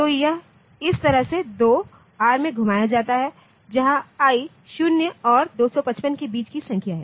तो यह इस तरह से 2 r में घुमाया जाता है जहां i 0 और 255 के बीच की संख्या है